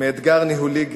מאתגר ניהולי גרידא.